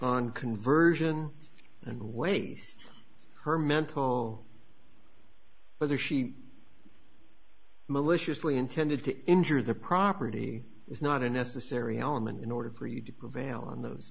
on conversion and waste her mental but there she maliciously intended to injure the property is not a necessary element in order for you to prevail on those